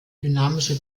dynamische